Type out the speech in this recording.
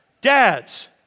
Dads